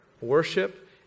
worship